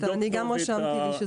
אני גם רשמתי לי את